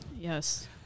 Yes